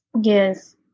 Yes